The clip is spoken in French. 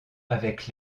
avec